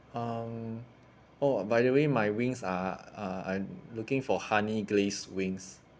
um oh by the way my wings are uh I'm looking for honey glazed wings